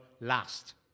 last